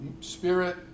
Spirit